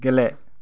गेले